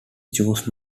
chose